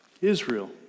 Israel